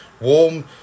warm